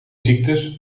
ziektes